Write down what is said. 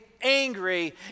Angry